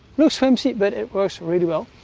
looks flimsy but it works really well.